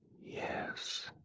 Yes